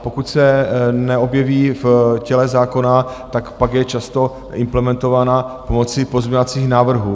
Pokud se neobjeví v těle zákona, tak pak je často implementována pomocí pozměňovacích návrhů.